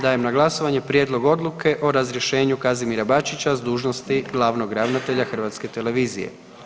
Dajem na glasovanje Prijedlog Odluke o razrješenju Kazimira Bačića s dužnosti glavnog ravnatelja hrvatske televizije.